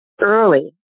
early